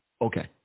okay